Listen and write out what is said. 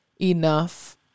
enough